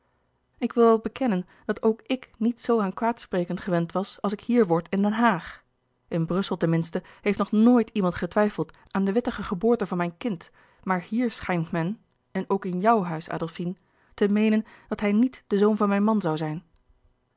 ik wil wel bekennen dat ook ik niet zoo aan kwaadspreken gewend was als ik hier word in den haag in brussel ten minste heeft nog nooit iemand getwijfeld aan de wettige geboorte van mijn kind maar hier schijnt men en ook in jouw huis adolfine te meenen dat hij niet de zoon van mijn man zoû zijn